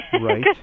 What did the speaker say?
Right